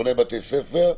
בונה בתי ספר,